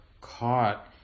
caught